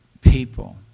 people